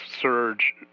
surge